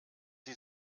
sie